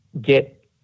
get